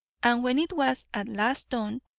and when it was at last done,